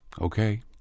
Okay